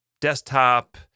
desktop